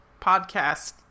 podcast